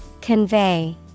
Convey